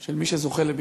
של מי שזוכה לביקורים.